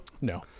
no